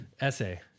essay